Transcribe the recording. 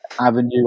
avenue